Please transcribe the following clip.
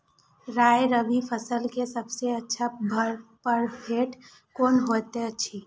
राय रबि फसल के सबसे अच्छा परभेद कोन होयत अछि?